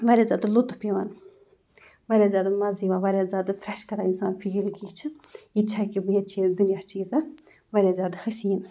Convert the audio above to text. واریاہ زیادٕ لطف یِوان واریاہ زیادٕ مَزٕ یِوان واریاہ زیادٕ فرٛٮ۪ش کَران اِنسان فیٖل کہِ یہِ چھِ یہِ تہِ چھا کہِ ییتہِ چھِ دُنیا چھِ ییٖژاہ واریاہ زیادٕ حسیٖن